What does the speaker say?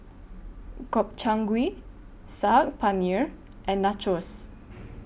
Gobchang Gui Saag Paneer and Nachos